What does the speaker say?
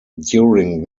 during